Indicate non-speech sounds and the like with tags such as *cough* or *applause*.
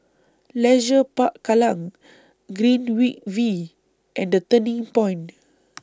Leisure Park Kallang Greenwich V and The Turning Point *noise*